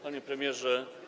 Panie Premierze!